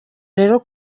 rero